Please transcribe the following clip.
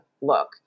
look